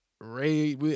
Ray